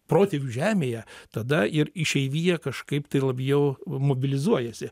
protėvių žemėje tada ir išeivija kažkaip tai labjau mobilizuojasi